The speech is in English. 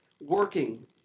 working